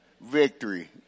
victory